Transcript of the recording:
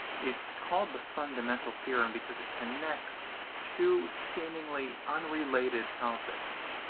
it's called the fundamental theorem because it connects two seemingly unrelated topics.